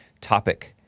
topic